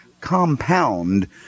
compound